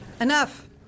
Enough